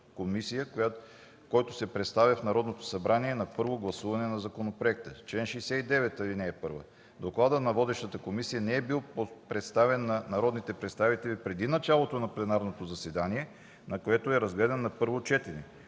комисия, който се представя в Народно събрание на първо гласуване на законопроекта; чл. 69, ал. 1 – докладът на водещата комисия не е бил представен на народните представители преди началото на пленарното заседание, на което е разгледан на първо четене;